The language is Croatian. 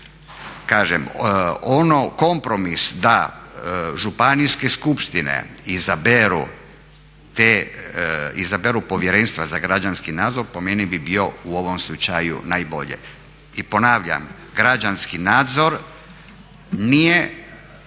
Kažem onaj kompromis da županijske skupštine izaberu te, izaberu povjerenstva za građanski nadzor po meni bi bio u ovom slučaju najbolje. I ponavljam, građanski nadzor nije